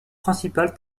principale